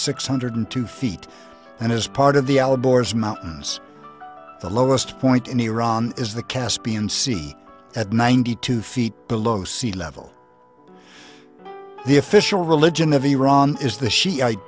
six hundred two feet and as part of the allegories mountains the lowest point in iran is the caspian sea at ninety two feet below sea level the official religion of iran is the shiite